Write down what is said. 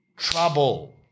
trouble